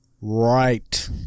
Right